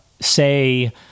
say